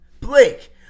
Blake